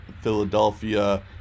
Philadelphia